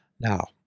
Now